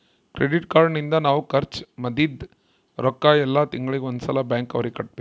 credit card ನಿಂದ ನಾವ್ ಖರ್ಚ ಮದಿದ್ದ್ ರೊಕ್ಕ ಯೆಲ್ಲ ತಿಂಗಳಿಗೆ ಒಂದ್ ಸಲ ಬ್ಯಾಂಕ್ ಅವರಿಗೆ ಕಟ್ಬೆಕು